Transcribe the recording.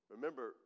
Remember